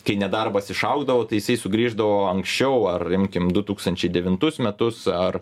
kai nedarbas išaugdavo tai jisai sugrįždavo anksčiau ar imkim du tūkstančiai devintus metus ar